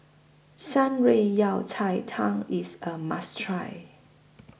Shan Rui Yao Cai Tang IS A must Try